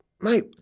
mate